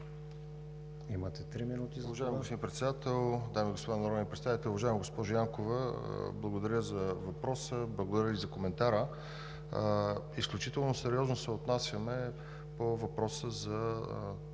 имате три минути за това.